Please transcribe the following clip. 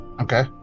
Okay